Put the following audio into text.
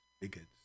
bigots